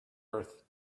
earth